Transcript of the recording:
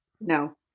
No